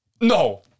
No